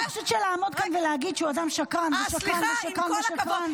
אני חושבת שלעמוד כאן ולהגיד שהוא אדם שקרן ושקרן ושקרן ושקרן,